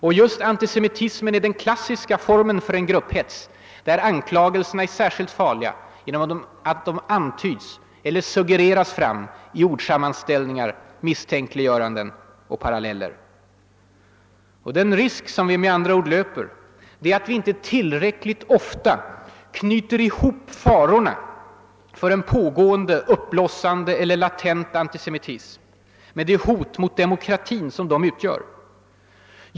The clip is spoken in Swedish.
Och just antisemitismen är den klassiska formen för en grupphets, där anklagelserna är särskilt farliga genom att de ofta antyds och suggereras fram i ordsammanställningar, misstänkliggöranden och paralleller. Den risk vi löper är med andra ord att vi inte tillräckligt ofta knyter ihop farorna för en pågående, uppblossande eller latent antisemitism med det hot mot demokratin som de utgör.